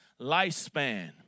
lifespan